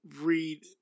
read